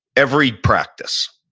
every practice.